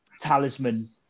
talisman